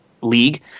league